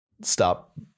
stop